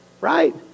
Right